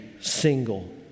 single